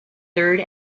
third